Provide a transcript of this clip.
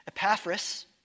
Epaphras